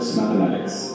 mathematics